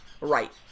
right